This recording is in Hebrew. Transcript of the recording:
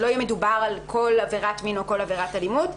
שלא יהיה מדובר על כל עבירת מין או כל עבירת אלימות.